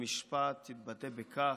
"עליונות המשפט תתבטא בכך,